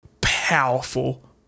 powerful